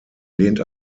lehnt